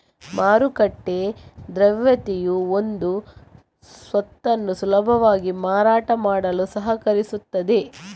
ಮಾರುಕಟ್ಟೆ ದ್ರವ್ಯತೆಯು ಒಂದು ಸ್ವತ್ತನ್ನು ಸುಲಭವಾಗಿ ಮಾರಾಟ ಮಾಡಲು ಸಹಕರಿಸುತ್ತದೆ